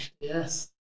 yes